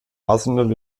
arsenal